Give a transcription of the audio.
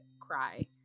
cry